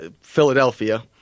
Philadelphia